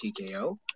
TKO